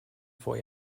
vor